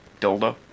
dildo